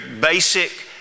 basic